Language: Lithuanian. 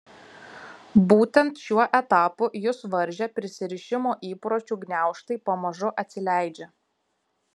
būtent šiuo etapu jus varžę prisirišimo įpročių gniaužtai pamažu atsileidžia